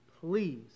Please